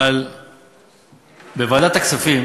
אבל בוועדת הכספים